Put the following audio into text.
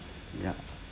ya